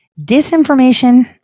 Disinformation